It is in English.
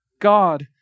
God